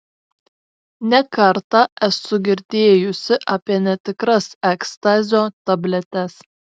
ne kartą esu girdėjusi apie netikras ekstazio tabletes